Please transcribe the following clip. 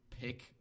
pick